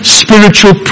spiritual